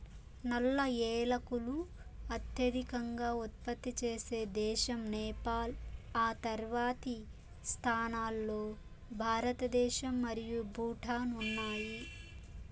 నల్ల ఏలకులు అత్యధికంగా ఉత్పత్తి చేసే దేశం నేపాల్, ఆ తర్వాతి స్థానాల్లో భారతదేశం మరియు భూటాన్ ఉన్నాయి